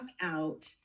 out